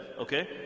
Okay